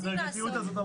אתה מחייב אותו לתת הנחה.